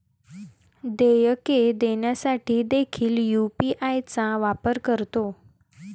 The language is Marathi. देयके देण्यासाठी देखील यू.पी.आय चा वापर करतो